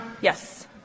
Yes